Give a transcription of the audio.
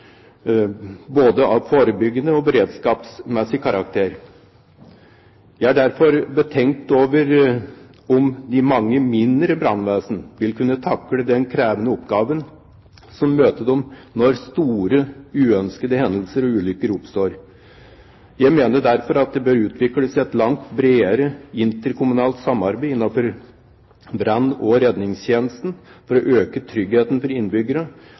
både av forebyggende og av beredskapsmessig karakter. Jeg er derfor betenkt over om de mange mindre brannvesen vil kunne takle den krevende oppgaven som møter dem når store uønskede hendelser og ulykker oppstår. Jeg mener derfor at det bør utvikles et langt bredere interkommunalt samarbeid innenfor brann- og redningstjenesten for å øke tryggheten for